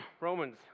Romans